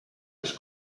els